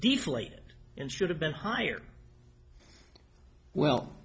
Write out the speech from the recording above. deflated and should have been higher well